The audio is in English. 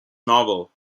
novel